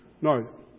No